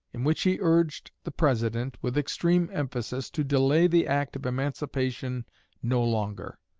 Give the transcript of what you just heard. in which he urged the president, with extreme emphasis, to delay the act of emancipation no longer.